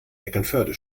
eckernförde